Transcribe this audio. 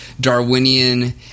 Darwinian